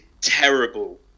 terrible